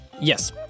Yes